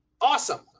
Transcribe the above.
awesome